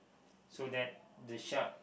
so that the shark